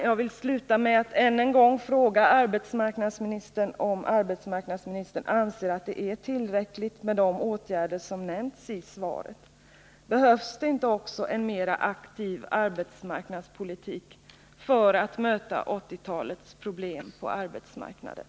Jag vill sluta med att än en gång fråga arbetsmarknadsministern om han anser att det är tillräckligt med de åtgärder som nämnts i svaret. Behövs det inte också en mer aktiv arbetsmarknadspolitik för att möta 1980-talets problem på arbetsmarknaden?